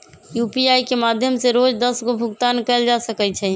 UPI के माध्यम से रोज दस गो भुगतान कयल जा सकइ छइ